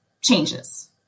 changes